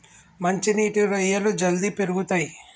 మంచి నీటి రొయ్యలు జల్దీ పెరుగుతయ్